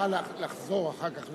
תוכל לחזור אחר כך,